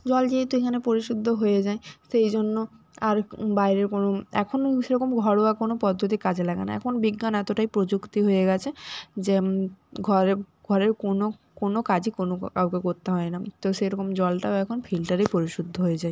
জল যেহেতু এখানে পরিশুদ্ধ হয়ে যায় সেই জন্য আর বাইরের কোনো এখনও সেরকম ঘরোয়া কোনো পদ্ধতি কাজে লাগায় না এখন বিজ্ঞান এতটাই প্রযুক্তি হয়ে গেছে যে ঘরে ঘরের কোনো কোনো কাজই কোনো কাউকে করতে হয় না তো সেরকম জলটাও এখন ফিল্টারেই পরিশুদ্ধ হয়ে যায়